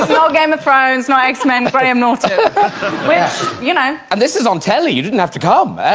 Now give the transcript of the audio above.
well game of thrones my x-men buddy, i'm north which you know, and this is on telly you didn't have to come